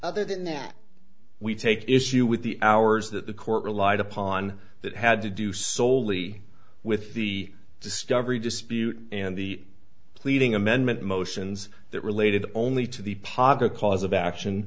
other than that we take issue with the hours that the court relied upon that had to do solely with the discovery dispute and the pleading amendment motions that related only to the pog a cause of action